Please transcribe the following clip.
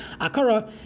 Akara